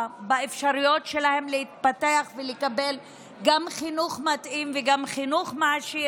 באפשרויות שלהם להתפתח ולקבל גם חינוך מתאים וגם חינוך מעשיר,